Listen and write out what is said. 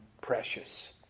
precious